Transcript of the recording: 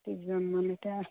ত্ৰিছজনমান এতিয়া